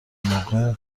موقع